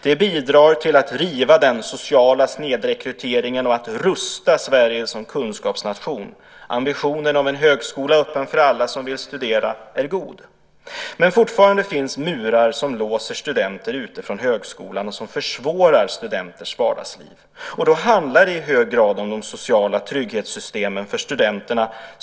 Det bidrar till att riva den social snedrekryteringen och att rusta Sverige som kunskapsnation. Ambitionen om en högskola öppen för alla som vill studera är god. Men fortfarande finns murar som låser studenter ute från högskolan och som försvårar studenters vardagsliv. Det handlar i hög grad om de sociala trygghetssystemen för studenterna.